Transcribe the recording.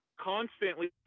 constantly